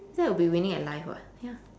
that would be winning in life [what] ya